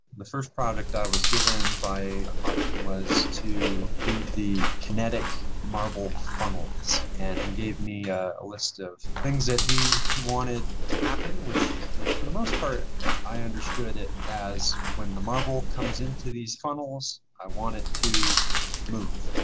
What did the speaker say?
the first product i was given by martin was to do the kinetic marble funnels and he gave me a list of things that he he wanted to happen, which which for the most part i understood it as when the marble comes into these funnels, i want it to move.